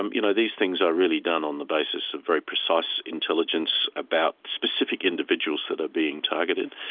um you know, these things are really done on the basis of very precise intelligence about specific individuals that are being targeted.